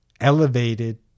elevated